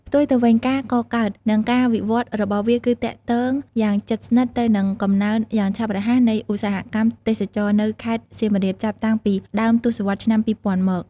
ផ្ទុយទៅវិញ ការកកើត និងការវិវត្តរបស់វាគឺទាក់ទងយ៉ាងជិតស្និទ្ធទៅនឹង កំណើនយ៉ាងឆាប់រហ័សនៃឧស្សាហកម្មទេសចរណ៍ នៅខេត្តសៀមរាប ចាប់តាំងពីដើមទសវត្សរ៍ឆ្នាំ ២០០០ មក។